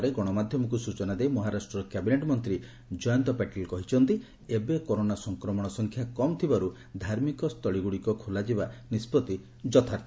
ପରେ ଗଣମାଧ୍ୟମକୁ ସୂଚନା ଦେଇ ମହାରାଷ୍ଟ୍ରର କ୍ୟାବିନେଟ୍ ମନ୍ତ୍ରୀ ଜୟନ୍ତ ପାଟିଲ କହିଛନ୍ତି ଏବେ କରୋନା ସଂକ୍ରମଣ ସଂଖ୍ୟା କମ୍ ଥିବାରୁ ଧାର୍ମିକସ୍ଥଳୀଗୁଡ଼ିକ ଖୋଲାଯିବା ନିଷ୍କଭି ଯଥାର୍ଥ